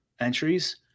entries